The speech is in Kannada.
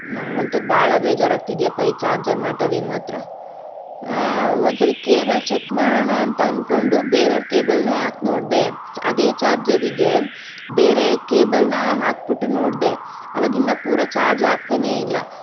ನನಗಂತೂ ಭಾಳ ಬೇಜಾರಾಗ್ತಿದೆಯಪ್ಪ ಈ ಚಾರ್ಜರ್ ಮ್ಯಾಟರಿಗೆ ಮಾತ್ರ ಒಂದು ಸರಿ ಕೇಬಲ್ ಚೆಕ್ ಮಾಡೋಣ ಅಂತ ಅನ್ಕೊಂಡು ಬೇರೆಯವ್ರ ಕೇಬಲನ್ನೂ ಹಾಕ್ ನೋಡಿದೆ ಚಾ ಅದೇ ಚಾರ್ಜರಿಗೆ ಬೇರೆ ಕೇಬಲನ್ನು ಹಾಕಿಬಿಟ್ಟು ನೋಡಿದೆ ಅವಾಗ ಇನ್ನೂ ಪೂರಾ ಚಾರ್ಜ್ ಆಗ್ತನೇ ಇಲ್ಲ